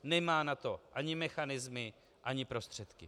Nemá na to ani mechanismy ani prostředky.